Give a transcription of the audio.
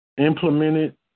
implemented